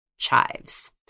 chives